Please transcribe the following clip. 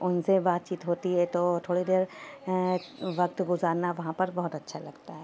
ان سے بات چیت ہوتی ہے تو تھوڑی دیر وقت گزارنا وہاں پر بہت اچھا لگتا ہے